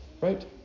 Right